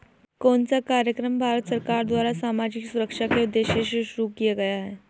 कौन सा कार्यक्रम भारत सरकार द्वारा सामाजिक सुरक्षा के उद्देश्य से शुरू किया गया है?